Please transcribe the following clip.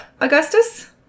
Augustus